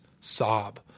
sob